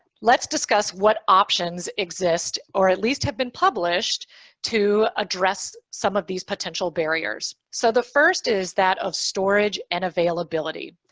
let's discuss what options exist or at least have been published to address some of these potential barriers. so the first is that of storage and availability.